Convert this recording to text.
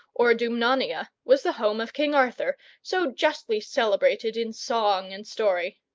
or dumnonia, was the home of king arthur, so justly celebrated in song and story.